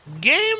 Game